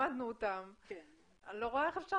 למדנו אותן ואני לא רואה איך אפשר